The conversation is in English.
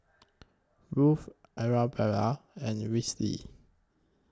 Ruth Arabella and Wesley